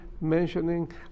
mentioning